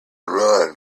run